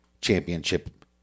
championship